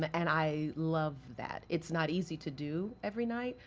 but and i love that, it's not easy to do, every night,